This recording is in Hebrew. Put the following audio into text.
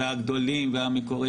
הגדולים והמקוריים,